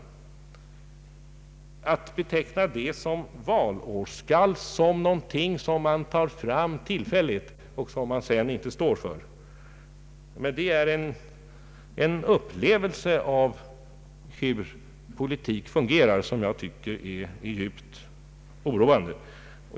En person som uppfattar denna diskussion som valårsskall, som någonting vi tar fram tillfälligt och sedan inte står för, har en upplevelse av hur politik fungerar som är djupt oroande.